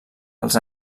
els